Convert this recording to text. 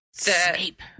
Snape